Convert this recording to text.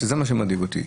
וזה מה שמדאיג אותי,